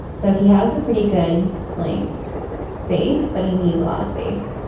so he has a pretty good like space, but he needs a lot of space.